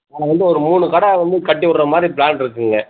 அங்கே வந்து ஒரு மூணு கடை வந்து கட்டி விட்ற மாதிரி ப்ளான் இருக்குதுங்க